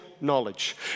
knowledge